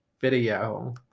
video